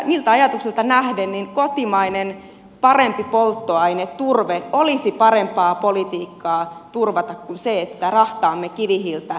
niihin ajatuksiin nähden kotimainen parempi polttoaine turve olisi parempaa politiikkaa turvata kuin se että rahtaamme kivihiiltä kaukaa ulkomailta